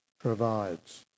provides